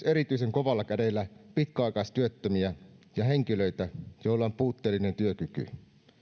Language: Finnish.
erityisen kovalla kädellä myös pitkäaikaistyöttömiä ja henkilöitä joilla on puutteellinen työkyky